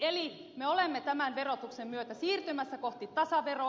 eli me olemme tämän verotuksen myötä siirtymässä kohti tasaveroa